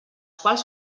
quals